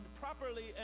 properly